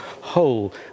whole